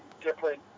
different